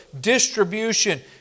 distribution